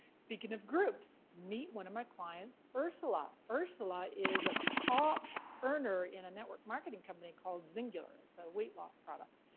speaking of groups, meet one of my clients, ursula. ursula is a top earner in a network marketing company called xyngular, it's a weight loss product.